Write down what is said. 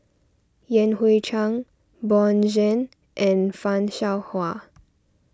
Yan Hui Chang Bjorn Shen and Fan Shao Hua